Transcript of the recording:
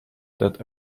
that